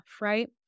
right